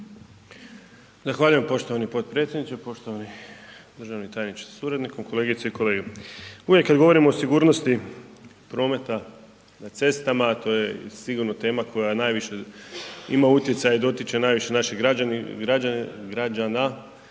Zahvaljujem poštovani potpredsjedniče, poštovani državni tajniče sa suradnikom, kolegice i kolege. Uvijek kad govorimo o sigurnosti prometa na cestama a to je i sigurno tema koja najviše ima utjecaja i dotiče najviše naših građana koji